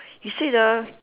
he say the